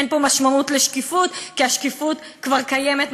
אין פה משמעות לשקיפות, כי השקיפות כבר קיימת.